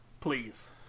please